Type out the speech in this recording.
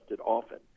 often